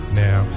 now